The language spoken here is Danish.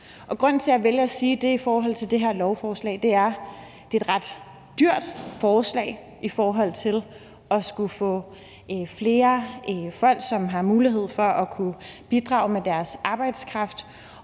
Grunden til, at jeg vælger at sige det i forbindelse med det her lovforslag, er, at det er et ret dyrt forslag i forhold til at få flere folk, som har mulighed for at bidrage med deres arbejdskraft,